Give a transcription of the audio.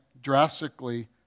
drastically